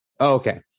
Okay